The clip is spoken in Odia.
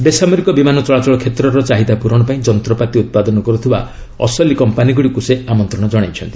ବେସାମରିକ ବିମାନ ଚଳାଚଳ କ୍ଷେତ୍ରର ଚାହିଦା ପ୍ରରଣ ପାଇଁ ଯନ୍ତପାତି ଉତ୍ପାଦନ କରୁଥିବା ଅସଲି କମ୍ପାନୀଗୁଡ଼ିକୁ ସେ ଆମନ୍ତଣ ଜଣାଇଛନ୍ତି